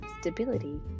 stability